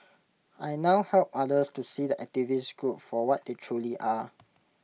I now help others to see the activist group for what they truly are